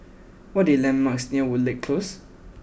what are the landmarks near Woodleigh Close